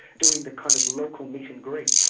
doing the kind of local meet and greets.